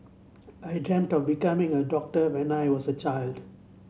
I dreamt of becoming a doctor when I was a child